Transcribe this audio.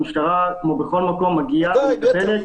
המשטרה כמו בכל מקום מגיעה ומטפלת.